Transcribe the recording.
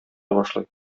башлый